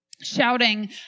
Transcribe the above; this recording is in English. Shouting